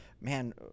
man